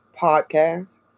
podcast